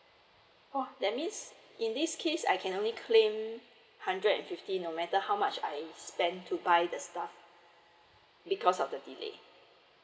that means in this case I can only claim hundred fand ifty no matter how much I spend to buy the stuff because of the holiday